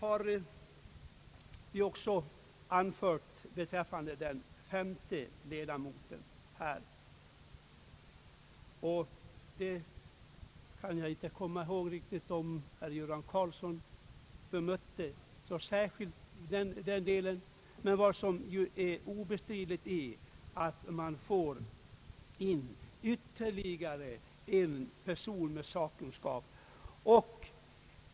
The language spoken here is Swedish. Vi har också anfört skäl som talar för en femte ledamot. Jag minns inte om herr Göran Karlsson särskilt bemötte den delen, men obestridligt är att man i och med den femte ledamoten skulle få in ytterligare en person med sakkunskap.